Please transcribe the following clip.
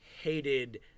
hated